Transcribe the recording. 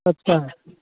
अच्छा